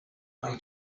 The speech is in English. have